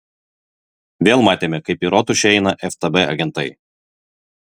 vėl matėme kaip į rotušę eina ftb agentai